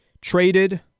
traded